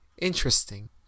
interesting